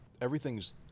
Everything's